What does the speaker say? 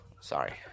sorry